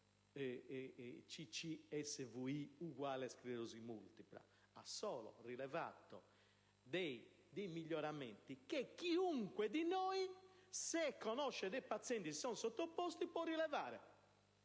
la CCSVI coincida con la sclerosi multipla; ha solo rilevato dei miglioramenti che chiunque di noi, se conosce dei pazienti che si sono sottoposti a questo